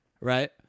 right